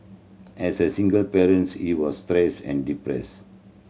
as a single parents he was stressed and depressed